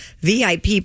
VIP